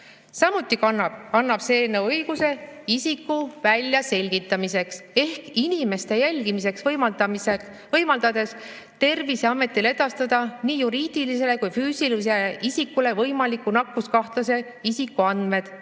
Samuti annab see eelnõu õiguse isiku väljaselgitamiseks ehk inimeste jälgimiseks, võimaldades Terviseametil edastada nii juriidilisele kui ka füüsilisele isikule võimaliku nakkuskahtlase isiku andmed: